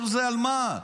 כל זה, על מה?